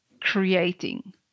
creating